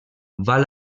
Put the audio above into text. val